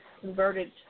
converted